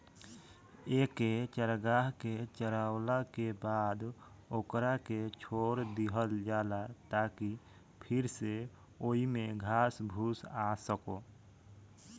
एके चारागाह के चारावला के बाद ओकरा के छोड़ दीहल जाला ताकि फिर से ओइमे घास फूस आ सको